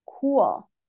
cool